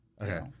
Okay